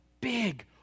big